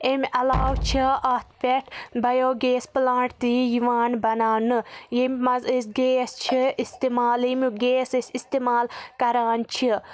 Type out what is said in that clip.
اَمہِ علاوٕ چھِ اَتھ پٮ۪ٹھ بَیو گیس پٕلانٛٹ تہِ یہِ یِوان بناونہٕ ییٚمہِ منٛز أسۍ گیس چھِ استعمال ییٚمیُک گیس أسۍ استعمال کران چھِ